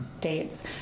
dates